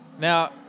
Now